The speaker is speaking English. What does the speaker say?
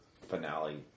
finale